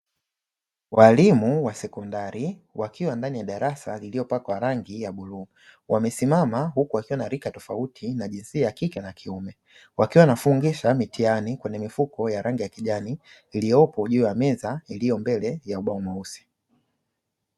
Walimu wa sekondari wakiwa ndani ya darasa lililopakwa rangi ya bluu wamesimama huku wakiwa wanarika tofauti na jinsia ya kike na kiume wakiwa na fungisha mitihani kwenye mifuko ya rangi ya kijani iliyopo juu ya meza ndio mbele za udom mweusi.